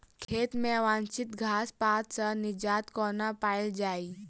खेत मे अवांछित घास पात सऽ निजात कोना पाइल जाइ?